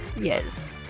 Yes